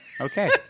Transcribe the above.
Okay